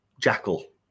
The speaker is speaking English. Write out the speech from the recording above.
jackal